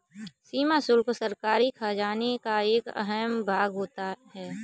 सीमा शुल्क सरकारी खजाने का एक अहम भाग होता है